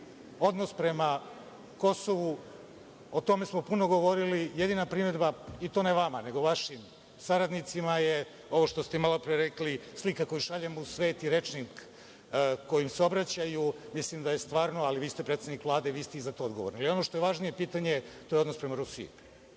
na odnos prema Kosovu. O tome smo puno govorili. Jedina primedba i to ne vama, nego vašim saradnicima je ovo što se malopre rekli, slika koju šaljemo u svet i rečnik kojim se obraćaju, mislim da je stvarno, ali vi ste predsednik Vlade, i vi ste i za to odgovorni. Ono što je važnije pitanje, to je odnos prema Rusiji.